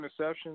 interceptions